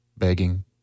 begging